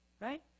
right